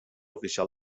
oficial